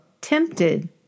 Tempted